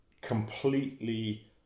completely